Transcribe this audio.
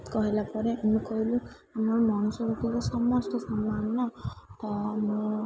କହିଲା ପରେ ଆମେ କହିଲୁ ଆମର ମଣିଷ ଭିତରେ ସମସ୍ତେ ସାମାନ ନା ତ ମୁଁ